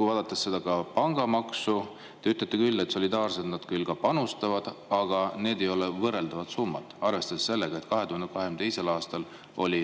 vaatame seda pangamaksu. Te ütlete küll, et solidaarselt nad panustavad, aga need ei ole võrreldavad summad, arvestades seda, et 2022. aastal oli